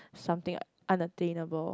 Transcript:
something unattainable